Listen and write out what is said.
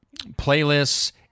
playlists